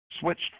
switched